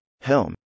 Helm